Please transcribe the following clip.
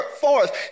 forth